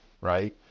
right